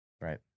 Right